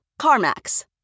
CarMax